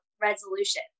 resolution